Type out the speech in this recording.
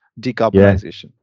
decarbonization